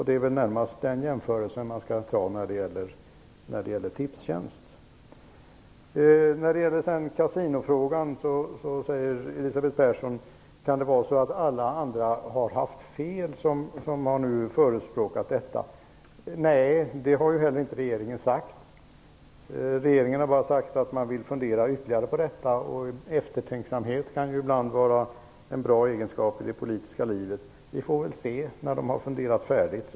Det är väl närmast den jämförelsen som man skall göra när det gäller Tipstjänst. Elisabeth Persson undrar om det kan vara så att alla som har förespråkat kasinon har haft fel. Nej, det har regeringen inte heller sagt. Regeringen har sagt att man vill fundera ytterligare. Eftertänksamhet kan ju ibland vara en bra egenskap i det politiska livet. Vi får väl se, när regeringen har funderat färdigt.